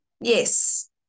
Yes